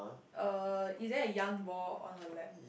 uh is there a yarn ball on her left